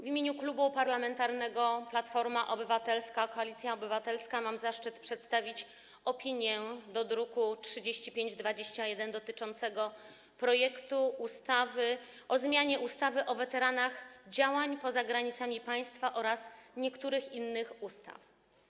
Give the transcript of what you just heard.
W imieniu Klubu Parlamentarnego Platforma Obywatelska - Koalicja Obywatelska mam zaszczyt przedstawić opinię dotyczącą druku nr 3521 zawierającego projekt ustawy o zmianie ustawy o weteranach działań poza granicami państwa oraz niektórych innych ustaw.